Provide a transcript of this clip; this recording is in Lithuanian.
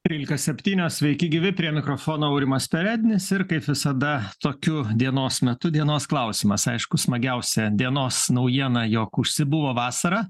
trylika septynios sveiki gyvi prie mikrofono aurimas perednis ir kaip visada tokiu dienos metu dienos klausimas aišku smagiausia dienos naujiena jog užsibuvo vasara